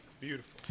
Beautiful